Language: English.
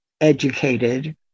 educated